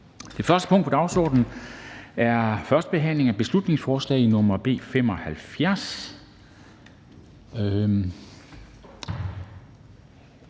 Det første punkt på dagsordenen er: 1) 1. behandling af beslutningsforslag nr. B 75: